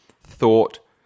thought